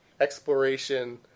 exploration